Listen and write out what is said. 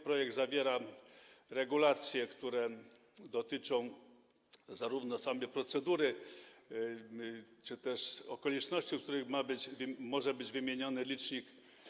Projekt zawiera regulacje, które dotyczą zarówno samej procedury, jak i okoliczności, w których może być wymieniony licznik.